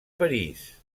parís